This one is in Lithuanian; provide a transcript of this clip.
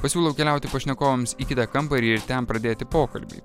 pasiūlau keliauti pašnekovams į kitą kambarį ir ten pradėti pokalbį